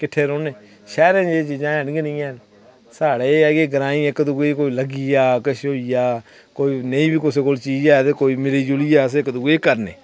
किट्ठे रौह्न्ने शैह्रें च एह् चीज़ां हैन गै निं हैन साढ़े आइयै ग्राएं इक्क दूऐ गी कोई लग्गी जा किश होई जा कोई नेईं बी कुसै कोल चीज़ ऐ ते मिली जुलियै अस इक्क दूए दी करने